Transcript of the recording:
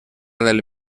del